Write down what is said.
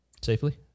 Safely